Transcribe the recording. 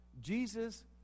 Jesus